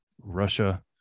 Russia